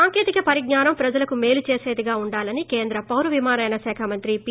సాంకేతిక పరిజ్ఞానం ప్రజలకు మేలు చేసేదిగా ఉండాలని కేంద్ర పౌర విమానయాన శాఖ మంత్రి పి